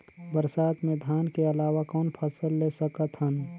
बरसात मे धान के अलावा कौन फसल ले सकत हन?